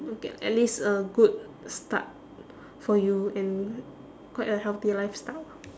you get at least a good start for you and quite a healthy lifestyle